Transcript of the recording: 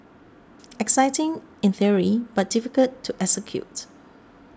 exciting in theory but difficult to execute